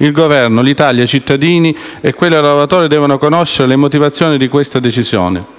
Il Governo, l'Italia, i cittadini e quei lavoratori devono conoscere le motivazioni di questa decisione.